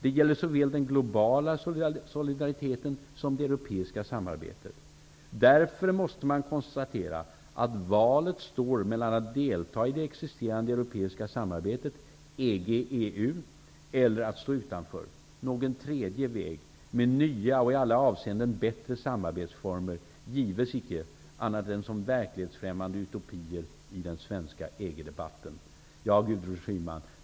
Det gäller såväl den globala solidariteten som det europeiska samarbetet. Därför måste man konstatera att valet står mellan att delta i det existerande europeiska samarbetet EG/EU eller att stå utanför. Någon tredje väg med nya och i alla avseenden bättre samarbetsformer gives icke annat än som verklighetsfrämmande utopier i den svenska EG-debatten.